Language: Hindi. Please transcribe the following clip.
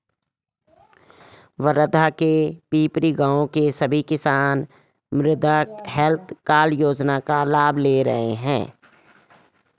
वर्धा के पिपरी गाँव के सभी किसान मृदा हैल्थ कार्ड योजना का लाभ ले रहे हैं